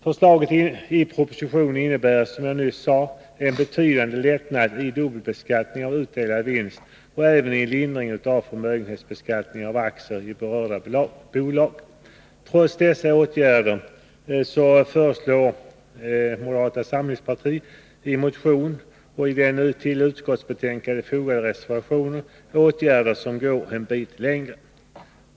Förslaget i propositionen innebär, som jag nyss sade, en betydande lättnad i dubbelbeskattningen av utdelad vinst och även en lindring av förmögenhetsbeskattningen av aktier i berörda bolag. Trots dessa åtgärder föreslår moderata samlingspartiet i motionen och i den till utskottsbetänkandet fogade reservationen åtgärder som går en bit längre.